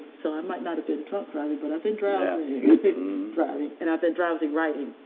so, i might not have been drunk driving, but i've been drowsy driving. and, i've been drowsy writing.